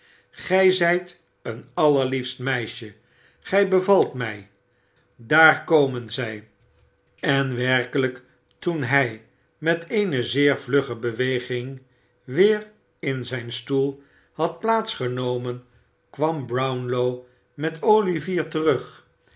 oij zijt een allerliefst meisjesgij bevalt mij daar komen zij en werkelijk toen hij met eene zeer vlugge beweging weer in zijn stoel had plaats genomen kwam brownlow met olivier terug